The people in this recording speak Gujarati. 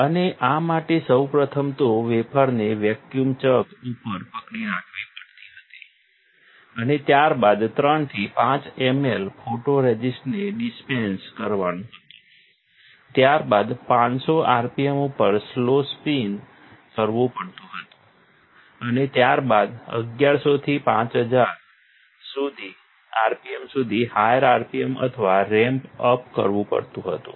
અને આ માટે સૌ પ્રથમ તો વેફરને વેક્યુમ ચક ઉપર પકડી રાખવી પડતી હતી અને ત્યાર બાદ 3 થી 5 ml ફોટોરઝિસ્ટને ડિસ્પેન્સ કરવાનુ હતુ ત્યારબાદ 500 RPM ઉપર સ્લો સ્પિન કરવું પડતું હતું અને ત્યાર બાદ 1100 થી 5000 RPM સુધી હાયર RPM અથવા રેમ્પ અપ કરવું પડતું હતું